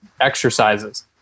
exercises